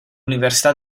università